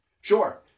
Sure